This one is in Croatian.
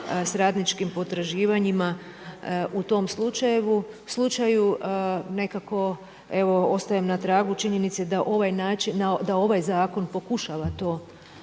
sa radničkim potraživanjima u tom slučaju. Nekako evo ostajem na tragu činjenici da ovaj zakon pokušava to